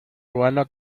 ruano